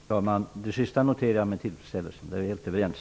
Fru talman! Det sista noterar jag med tillfredsställelse. Vi är helt överens.